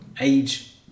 Age